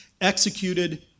executed